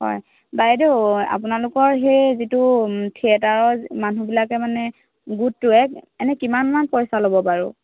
হয় বাইদেউ আপোনালোকৰ সেই যিটো থিয়েটাৰৰ মানুহবিলাকে মানে গোটটোৱে এনে কিমান মান পইচা ল'ব বাৰু